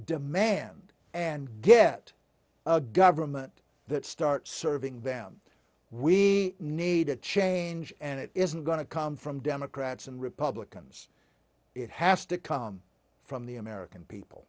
demand and get a government that start serving them we need a change and it isn't going to come from democrats and republicans it has to come from the american people